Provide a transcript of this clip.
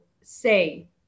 say